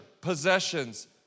possessions